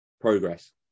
progress